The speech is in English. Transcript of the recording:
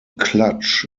clutch